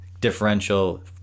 Differential